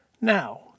Now